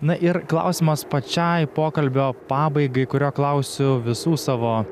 na ir klausimas pačiai pokalbio pabaigai kurio klausiu visų savo